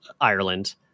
Ireland